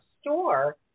store